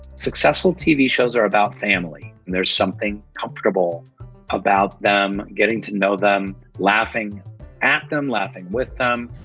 successful tv shows are about family, and there's something comfortable about them, getting to know them, laughing at them, laughing with them,